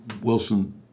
Wilson